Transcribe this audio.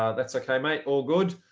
ah that's okay, mate all good.